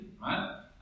right